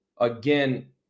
again